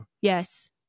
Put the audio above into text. Yes